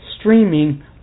streaming